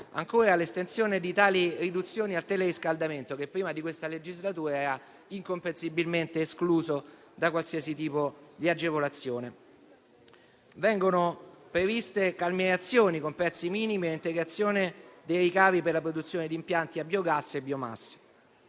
Ancora, vi è l'estensione di tali riduzioni al teleriscaldamento, che prima di questa legislatura era incomprensibilmente escluso da qualsiasi tipo di agevolazione. Vengono previste calmierazioni, con prezzi minimi e integrazione dei ricavi, per la produzione di impianti a biogas e biomasse.